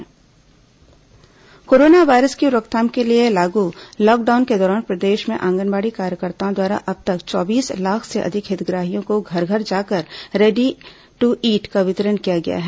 corona ready to eat corona virus की रोकथाम के लिए लागू लॉकडाउन के दौरान प्रदेश में आंगनबाड़ी कार्यकर्ताओं द्वारा अब तक चौबीस लाख से अधिक हितग्राहियों को घर घर जाकर रेडी दू ईट का वितरण किया गया है